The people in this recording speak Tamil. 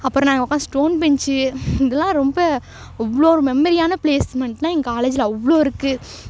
அப்புறம் நாங்கள் உக்காந்த ஸ்டோன் பென்ச்சு இதெல்லாம் ரொம்ப அவ்வளோ ஒரு மெமரியான ப்ளேஸ்மெண்ட்டுனா எங்கள் காலேஜில் அவ்வளோ இருக்குது